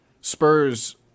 Spurs